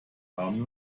haben